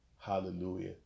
hallelujah